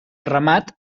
remat